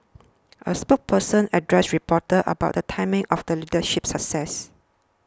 a spokesperson addressed reporters about the timing of the leadership success